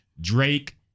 Drake